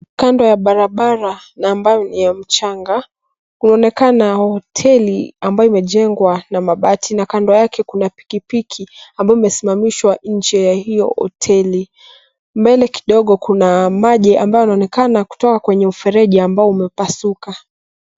Kando ya barabara na ambayo ni ya mchanga huonekana hoteli ambayo imejengwa na mabati na kando yake kuna pikipiki ambayo imesimamishwa nje ya hiyo hoteli. Mbele kidogo kuna maji ambayo inaonekana kutoka kwenye mfereji ambao umepasuka.